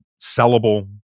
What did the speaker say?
sellable